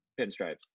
pinstripes